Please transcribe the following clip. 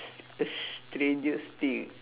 st~ strangest thing